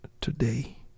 today